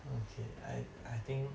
okay I I think